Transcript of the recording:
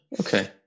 Okay